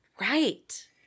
right